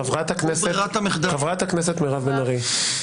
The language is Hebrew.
חברת הכנסת בן ארי,